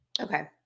Okay